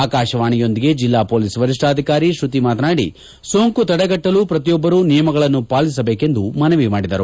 ಆಕಾಶವಾಣಿಯೊಂದಿಗೆ ಜಿಲ್ಲಾ ಪೊಲೀಸ್ ವರಿಷ್ಠಾಧಿಕಾರಿ ಶ್ವತಿ ಮಾತನಾಡಿ ಸೋಂಕು ತಡೆಗಟ್ಟಲು ಪ್ರತಿಯೊಬ್ಬರೂ ನಿಯಮಗಳನ್ನು ಪಾಲಿಸಬೇಕೆಂದು ಮನವಿ ಮಾಡಿದರು